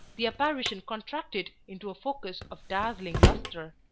the apparition contracted into a focus of dazzling lustre.